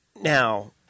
Now